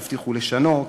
שהבטיחו לשנות,